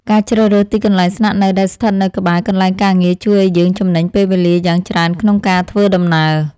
ការជ្រើសរើសទីកន្លែងស្នាក់នៅដែលស្ថិតនៅក្បែរ កន្លែងការងារជួយឱ្យយើងចំណេញពេលវេលាយ៉ាងច្រើនក្នុងការធ្វើដំណើរ។